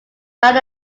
that